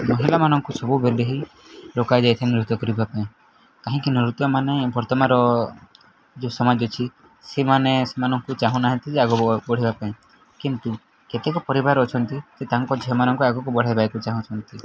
ମହିଳାମାନଙ୍କୁ ସବୁବେଳେ ହିଁ ରୋକା ଯାଇଥାଏ ନୃତ୍ୟ କରିବା ପାଇଁ କାହିଁକି ନୃତ୍ୟ ମାନେ ବର୍ତ୍ତମାନର ଯୋଉ ସମାଜ ଅଛି ସେମାନେ ସେମାନଙ୍କୁ ଚାହୁଁନାହାନ୍ତି ଯେ ଆଗ ବଢ଼େଇବା ପାଇଁ କିନ୍ତୁ କେତେକ ପରିବାର ଅଛନ୍ତି ଯେ ତାଙ୍କ ଝିଅମାନଙ୍କୁ ଆଗକୁ ବଢ଼ାଇବାକୁ ଚାହୁଁଛନ୍ତି